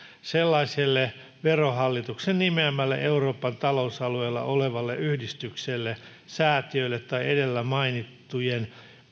sellaiselle verohallituksen nimeämälle euroopan talousalueella olevalle yhdistykselle säätiölle tai edellä mainittujen